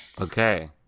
Okay